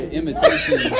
imitation